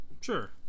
sure